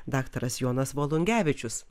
daktaras jonas volungevičius sveiki